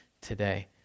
today